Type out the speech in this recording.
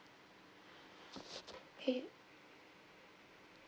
!hey!